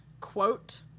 quote